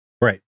Right